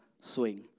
swing